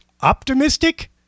optimistic